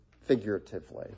figuratively